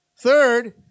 Third